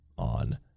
on